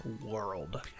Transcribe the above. world